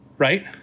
Right